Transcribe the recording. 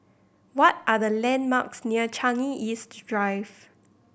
what are the landmarks near Changi East Drive